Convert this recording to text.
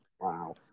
wow